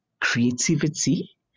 creativity